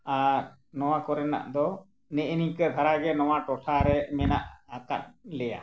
ᱟᱨ ᱱᱚᱣᱟ ᱠᱚᱨᱮᱱᱟᱜ ᱫᱚ ᱱᱮᱜ ᱮ ᱱᱤᱝᱠᱟᱹ ᱫᱷᱟᱨᱟ ᱜᱮ ᱱᱚᱣᱟ ᱴᱚᱴᱷᱟ ᱨᱮ ᱢᱮᱱᱟᱜ ᱟᱠᱟᱫ ᱞᱮᱭᱟ